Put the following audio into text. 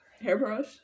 Hairbrush